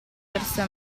forse